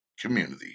community